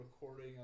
recording